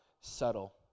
subtle